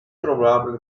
probable